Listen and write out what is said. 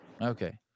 Okay